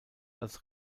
als